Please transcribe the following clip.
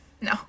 No